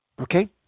Okay